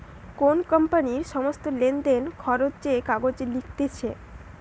কোন কোম্পানির সমস্ত লেনদেন, খরচ যে কাগজে লিখতিছে